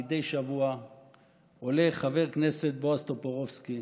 מדי שבוע עולה חבר הכנסת בועז טופורובסקי